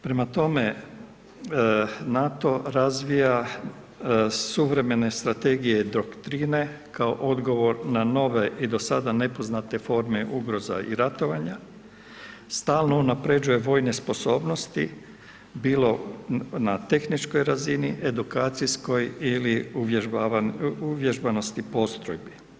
Prema tome, NATO razvija suvremene strategije doktrine kao odgovor na nove i dosada nepoznate forme ugroza i ratovanja, stalno unapređuje vojne sposobnosti, bilo na tehničkoj razini, edukacijskoj ili uvježbanosti postrojbi.